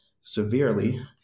severely